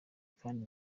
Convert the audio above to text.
kandi